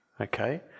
okay